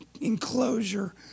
enclosure